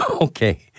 Okay